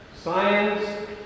Science